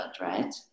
right